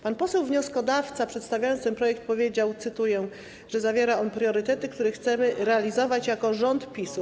Pan poseł wnioskodawca, przedstawiając ten projekt, powiedział, cytuję: zawiera on priorytety, które chcemy realizować jako rząd PiS-u.